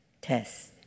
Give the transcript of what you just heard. test